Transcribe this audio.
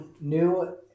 new